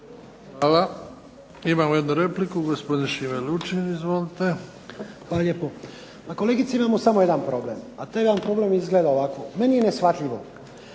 Hvala. Imamo jednu repliku, gospodin Šime Lučin. Izvolite. **Lučin, Šime (SDP)** Hvala lijepo. Pa kolegice, imamo samo jedan problem, a taj jedan problem izgleda ovako. Meni je neshvatljivo